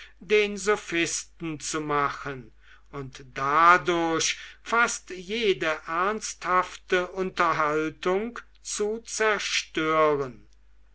den sophisten zu machen und dadurch fast jede ernsthafte unterhaltung zu zerstören